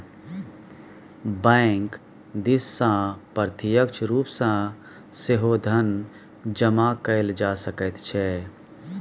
bank दिससँ प्रत्यक्ष रूप सँ सेहो धन जमा कएल जा सकैत छै